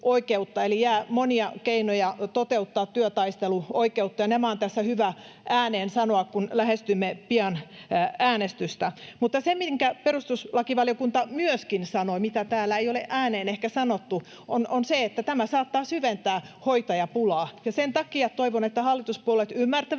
eli jää monia keinoja toteuttaa työtaisteluoikeutta. Nämä on tässä hyvä sanoa ääneen, kun lähestymme pian äänestystä. Mutta se, minkä perustuslakivaliokunta myöskin sanoi, mitä täällä ei ole ääneen ehkä sanottu, on se, että tämä saattaa syventää hoitajapulaa. Sen takia toivon, että hallituspuolueet ymmärtävät,